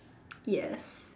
yes